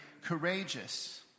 courageous